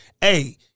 hey